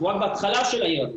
אנחנו רק בהתחלה של העיר הזאת.